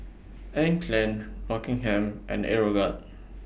Anne Klein Rockingham and Aeroguard